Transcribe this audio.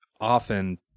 often